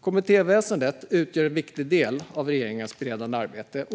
Kommittéväsendet utgör en viktig del av regeringens beredande arbete.